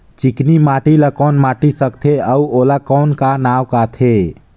चिकनी माटी ला कौन माटी सकथे अउ ओला कौन का नाव काथे?